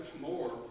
more